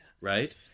right